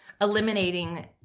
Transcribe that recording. eliminating